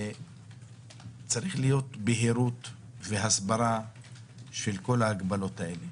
צריכה להיות בהירות והסברה של כל ההגבלות האלה